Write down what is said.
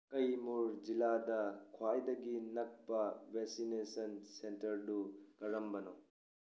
ꯀꯩꯃꯨꯔ ꯖꯤꯂꯥꯗ ꯈ꯭ꯋꯥꯏꯗꯒꯤ ꯅꯛꯄ ꯚꯦꯁꯤꯟꯅꯦꯁꯟ ꯁꯦꯟꯇꯔꯗꯨ ꯀꯔꯝꯕꯅꯣ